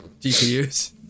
GPUs